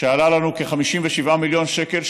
שעלה לנו כ-57 מיליון שקל,